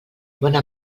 bona